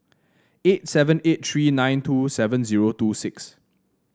eight seven eight tree nine two seven zero two six